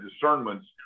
discernments